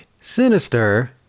sinister